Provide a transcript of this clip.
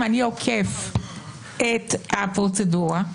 אני עוקף את הפרוצדורה,